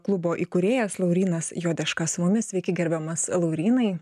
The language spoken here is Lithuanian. klubo įkūrėjas laurynas juodeška su mumis sveiki gerbiamas laurynai